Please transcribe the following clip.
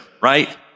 right